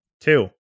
Two